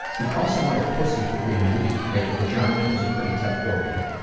we call someone a pussy for being weak, yet the vagina is a pretty tough organ.